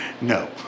No